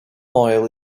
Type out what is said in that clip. oil